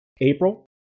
April